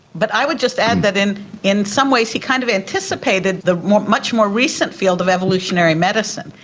but i would just add that in in some ways he kind of anticipated the much more recent field of evolutionary medicine,